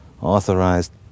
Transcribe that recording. authorized